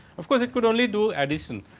of course, it could only do addition.